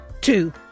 Two